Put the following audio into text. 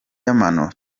y’amano